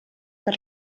per